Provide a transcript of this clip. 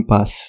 Pass